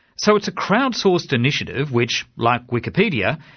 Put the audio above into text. so it's a crowd-sourced initiative which, like wikipedia,